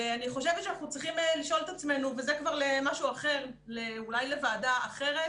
אני חושבת שאנחנו צריכים לשאול את עצמנו וזה אולי לוועדה אחרת